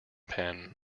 pen